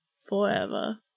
Forever